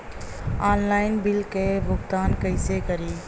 Online bill क भुगतान कईसे करी?